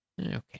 Okay